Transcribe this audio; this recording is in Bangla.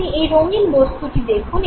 আপনি এই রঙিন বস্তুটি দেখুন